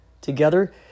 together